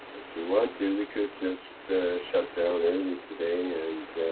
if we want to, we could just shut down early today and.